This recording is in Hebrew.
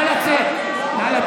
נא לצאת.